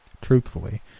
Truthfully